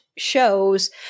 shows